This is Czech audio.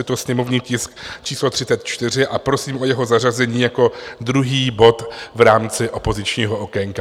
Je to sněmovní tisk číslo 34 a prosím o jeho zařazení jako druhý bod v rámci opozičního okénka.